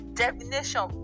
definition